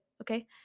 okay